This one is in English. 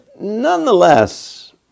Nonetheless